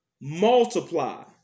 Multiply